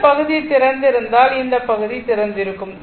இந்த பகுதி திறந்திருந்தால் இந்த பகுதி திறந்திருக்கும்